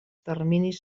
terminis